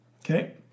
Okay